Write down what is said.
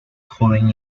joven